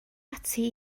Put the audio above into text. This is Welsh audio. ati